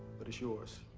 but it's yours.